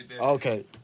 Okay